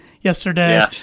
yesterday